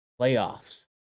Playoffs